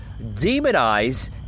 demonize